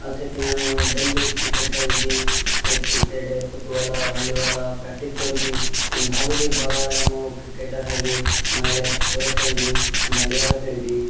ସେଥିପାଇଁ ମୁଁ daily cricket ଖେଳୁଛି କ୍ରିକେଟ ଫୁଟବଲ୍ ଭଲିବଲ୍ ପ୍ରାକ୍ଟିସ୍ କରୁଛି ଭାବୁଛି ବଡ଼ ହେଲେ ମୁଁ କ୍ରିକେଟର୍ ହେବି ନହେଲେ ଫୁଟବଲ୍ ଖେଳିବି ଭଲିବଲ୍ ଖେଳିବି